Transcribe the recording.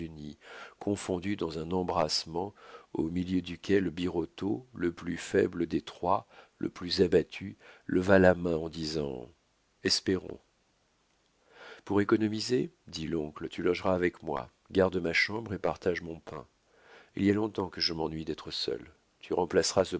confondus dans un embrassement au milieu duquel birotteau le plus faible des trois le plus abattu leva la main en disant espérons pour économiser dit l'oncle tu logeras avec moi garde ma chambre et partage mon pain il y a long-temps que je m'ennuie d'être seul tu remplaceras